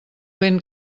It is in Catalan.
vent